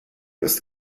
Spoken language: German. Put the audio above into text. ist